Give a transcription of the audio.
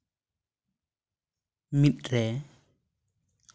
ᱢᱤᱫ ᱨᱮ